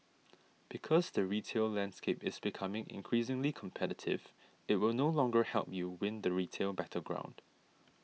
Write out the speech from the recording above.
because the retail landscape is becoming increasingly competitive it will no longer help you win the retail battleground